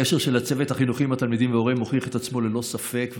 הקשר של הצוות החינוכי עם התלמידים והוריהם מוכיח את עצמו ללא ספק,